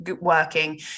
working